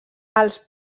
als